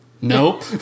Nope